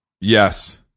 Yes